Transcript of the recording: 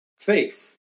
faith